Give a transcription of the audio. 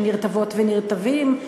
הם נרטבות ונרטבים,